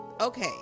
okay